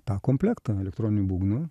tą komplektą elektroninių būgnų